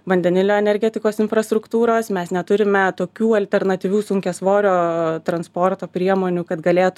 vandenilio energetikos infrastruktūros mes neturime tokių alternatyvių sunkiasvorio transporto priemonių kad galėtų